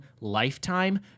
lifetime